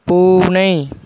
பூனை